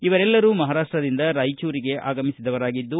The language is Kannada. ಇವರೆಲ್ಲರೂ ಮಹಾರಾಷ್ಟದಿಂದ ರಾಯಚೂರುಗೆ ಆಗಮಿಸಿದವರಾಗಿದ್ದು